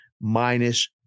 minus